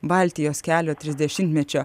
baltijos kelio trisdešimtmečio